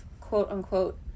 quote-unquote